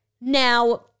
now